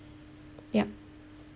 yup